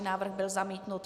Návrh byl zamítnut.